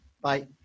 Bye